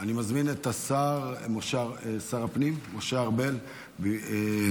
אני מזמין את שר הפנים משה ארבל להציג